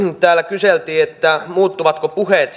täällä kyseltiin muuttuvatko puheet